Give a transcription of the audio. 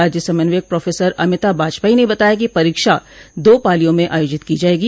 राज्य समन्यवक प्रोफेसर अमिता बाजपेई ने बताया कि परीक्षा दो पालिया में आयोजित की जायेगी